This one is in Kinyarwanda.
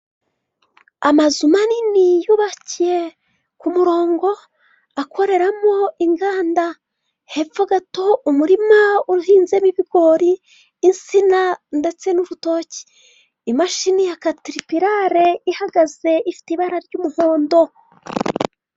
Amazu manini yubakiye ku murongo akoreramo inganda, hepfo gato umurima uhinzemo ibigori, insina ndetse n'urutoke. Imashini ya kateripirare ihagaze ifite ibara ry'umuhondo.